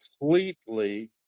completely